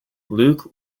luc